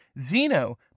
Zeno